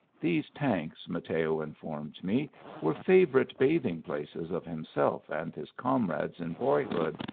these tanks mateo informed me were favourite bathing-places of himself and his comrades in boyhood,